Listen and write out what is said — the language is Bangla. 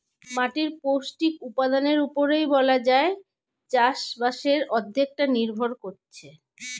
মাটির পৌষ্টিক উপাদানের উপরেই বলা যায় চাষবাসের অর্ধেকটা নির্ভর করছে